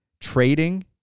trading